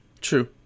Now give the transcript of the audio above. True